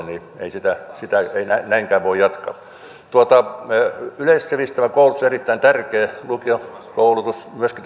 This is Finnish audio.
niin ei sitä sitä näinkään voi jatkaa yleissivistävä koulutus on erittäin tärkeä lukiokoulutus myöskin